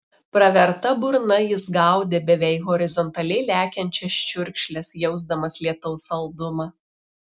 praverta burna jis gaudė beveik horizontaliai lekiančias čiurkšles jausdamas lietaus saldumą